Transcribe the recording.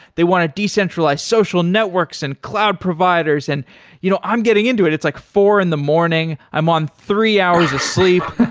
they wanted decentralized social networks and cloud providers, and you know i'm getting into it. it's like four in the morning. i'm on three hours of sleep.